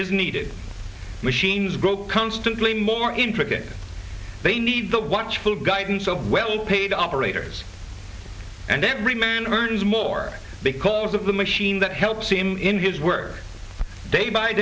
is needed machines grow constantly more intricate they need the watchful guidance of well paid operators and every man earns more because of the machine that helps him in his work day by